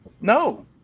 No